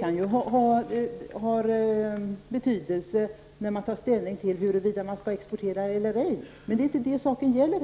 kan ha betydelse när det gäller att ta ställning till huruvida man skall exportera eller ej. Men det är inte det saken gäller.